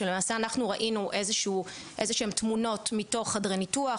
שלמעשה אנחנו ראינו איזה שהם תמונות מתוך חדרי ניתוח,